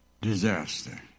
disaster